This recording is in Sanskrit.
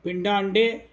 पिण्डाण्डे